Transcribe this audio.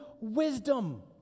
wisdom